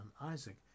Isaac